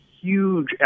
huge